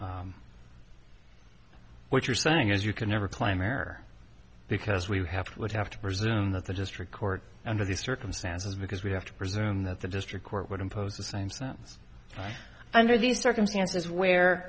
what you're saying is you can never claim error because we have would have to presume that the district court under these circumstances because we have to presume that the district court would impose the same sentence under these circumstances where